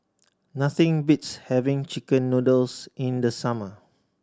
nothing beats having chicken noodles in the summer